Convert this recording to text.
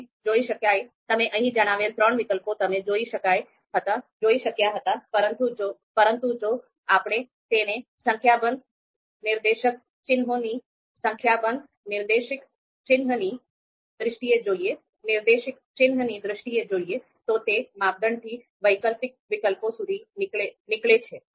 અહીં તમે અહીં જણાવેલ ત્રણ વિકલ્પો તમે જોઈ શક્યા હતા પરંતુ જો આપણે તેને સંખ્યાબંધ નિર્દેશક ચિહ્નની દ્રષ્ટિએ જોઈએ તો તે માપદંડથી વૈકલ્પિક વિકલ્પો સુધી નિકળે છે